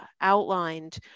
outlined